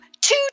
two